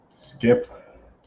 Skip